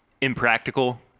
impractical